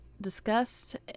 discussed